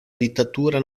dittatura